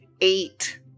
eight